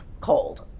cold